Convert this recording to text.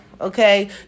okay